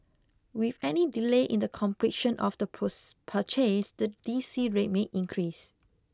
with any delay in the completion of the purchase the D C rate may increase